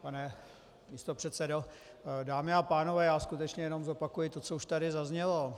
Pane místopředsedo, dámy a pánové, já skutečně jenom zopakuji to, co tady už zaznělo.